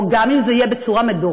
או גם אם זה יהיה בצורה מדורגת,